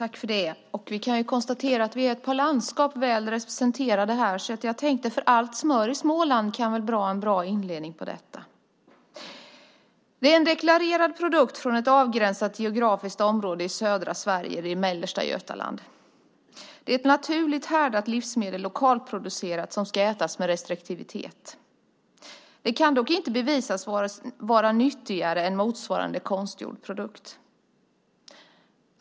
Herr talman! Vi kan konstatera att ett par landskap är väl representerade här, så jag tänkte att "för allt smör i Småland" kan vara en bra inledning. Det är en deklarerad produkt från ett avgränsat geografiskt område i södra Sverige, i mellersta Götaland. Det är ett naturligt härdat livsmedel, lokalproducerat som ska ätas med restriktivitet. Det kan inte bevisas vara nyttigare än motsvarande konstgjorda produkt.